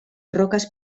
roques